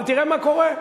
אבל תראה מה קורה.